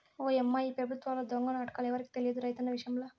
ఓయమ్మా ఈ పెబుత్వాల దొంగ నాటకాలు ఎవరికి తెలియదు రైతన్న విషయంల